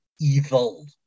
Evil